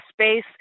space